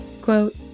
Quote